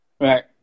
right